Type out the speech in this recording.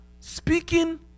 speaking